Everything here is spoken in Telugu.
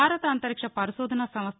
భారత అంతరిక్ష పరిశోధన సంస్ల